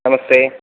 नमस्ते